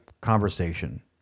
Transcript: conversation